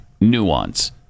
nuance